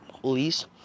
police